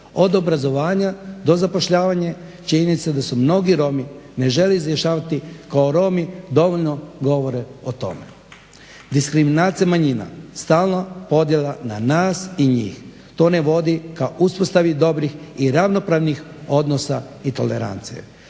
od obrazovanja do zapošljavanja je činjenica da se mnogi Romi ne žele izjašnjavati kao Romi dovoljno govore o tome. Diskriminacija manjina, stalna podjela na nas i njih to ne vodi ka uspostavi dobrih i ravnopravnih odnosa i tolerancije.